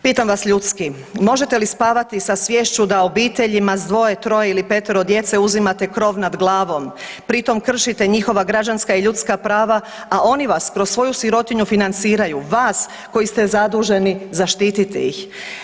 Pitam vas ljudski, možete li spavati sa sviješću da obiteljima s 2, 3 ili 5-tero djece uzimate krov nad glavom, pri tom kršite njihova građanska i ljudska prava, a oni vas kroz svoju sirotinju financiraju vas koji ste zaduženi zaštiti ih.